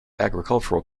agricultural